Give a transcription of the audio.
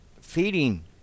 feeding